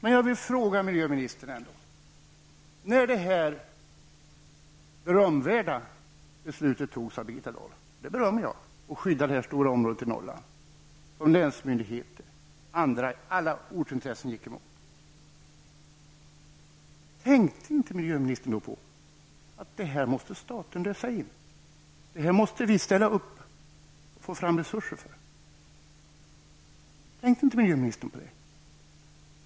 Jag vill ställa en fråga till miljöministern. När detta berömvärda beslut fattades av Birgitta Dahl att skydda detta stora område i Norrland, något som länsmyndigheter och alla ortsintressen gick emot, tänkte miljöministern då inte på att staten måste lösa in området, att regeringen måste ställa upp och få fram resurser för detta? Tänkte inte miljöministern på detta?